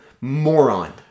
moron